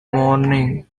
mourning